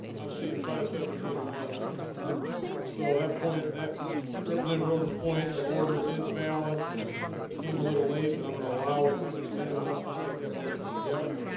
i'm seeing five seventeen one so that point that represent of rodin's point of order is valid came a little late, but i'm gonna allow. it does anyone else want to make that motion yep